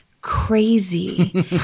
crazy